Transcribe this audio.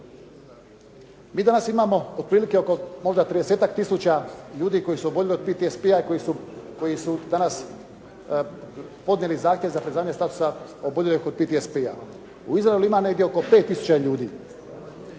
Mi danas imamo otprilike oko možda 30-ak tisuća ljudi koji su oboljeli od PTSP-a koji su danas podnijeli zahtjev za priznanje statusa oboljelih od PTSP-a. U Izraelu ima negdje oko 5 tisuća.